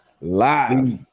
live